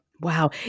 Wow